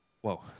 Whoa